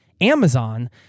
Amazon